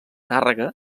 tàrrega